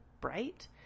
bright